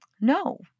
No